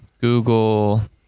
Google